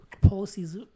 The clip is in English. Policies